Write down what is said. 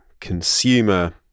consumer